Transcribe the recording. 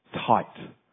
tight